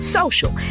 social